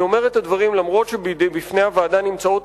אני אומר את הדברים למרות שבפני הוועדה נמצאות